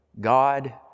God